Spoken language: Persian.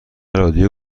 رادیو